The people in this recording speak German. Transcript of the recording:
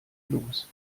los